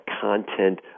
content